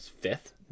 fifth